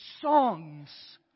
songs